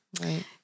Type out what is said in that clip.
right